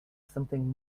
something